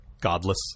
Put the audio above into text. Godless